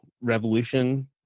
revolution